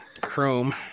chrome